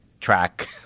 track